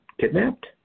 kidnapped